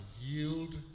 yield